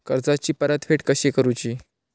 कर्जाची परतफेड कशी करूची?